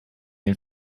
den